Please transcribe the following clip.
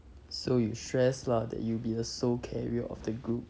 so you stress lah that you'll be the sole carrier of the group